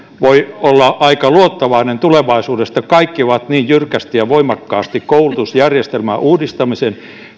voi olla aika luottavainen tulevaisuuden suhteen kaikki ovat niin jyrkästi ja voimakkaasti koulutusjärjestelmän uudistamisen